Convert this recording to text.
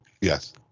yes